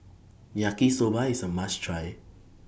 Yaki Soba IS A must Try